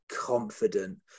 confident